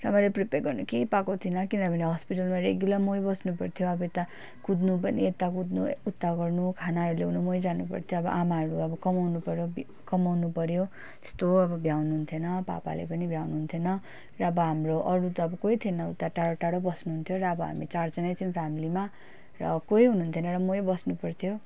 र मैले प्रिपेर गर्नु केही पाएको थिइनँ किनभने हस्पिटलमा रेगुलर मै बस्नु पर्थ्यो अब यता कुद्नु पनि यता कुद्नु उता गर्नु खानाहरू ल्याउनु मै जानु पर्थ्यो अब आमाहरू अब कमाउनु पऱ्यो बि कमाउनु पऱ्यो त्यस्तो अब भ्याउनु हुन्थेन पापाले पनि भ्याउनु हुन्थेन र अब हाम्रो अरू त कोही थिएन उता टाढो टाढो बस्नु हुन्थ्यो र अब हामी चारजानै थियौँ फेमिलीमा र कोही हुनु हुन्थेन र मै बस्नु पर्थ्यो